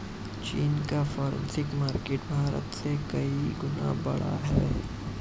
चीन का forex market Bharat से कई गुना बड़ा है